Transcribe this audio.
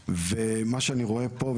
מה שאני רואה פה,